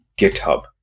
GitHub